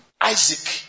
Isaac